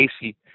Casey